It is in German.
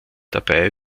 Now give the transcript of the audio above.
dabei